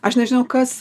aš nežinau kas